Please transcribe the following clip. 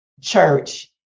church